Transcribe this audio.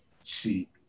See